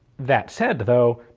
that said though,